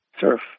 surf